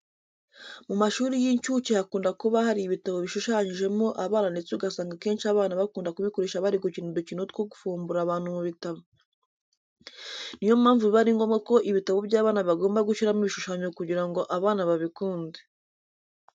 Mu mashuri y'incuke hakunda kuba hari ibitabo bishushanyijemo abana ndetse ugasanga akenshi abana bakunda kubikoresha bari gukina udukino two gufombora abantu mu bitabo. Ni yo mpamvu biba ari ngombwa ko ibitabo by'abana bagomba gushyiramo ibishushanyo kugira ngo abana babikunde.